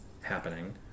happening